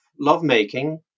lovemaking